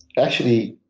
actually,